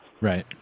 Right